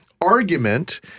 argument